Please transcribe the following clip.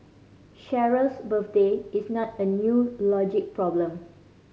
Cheryl's birthday is not a new logic problem